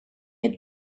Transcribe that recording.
had